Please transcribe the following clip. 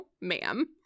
ma'am